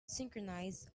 synchronize